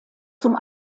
zum